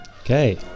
Okay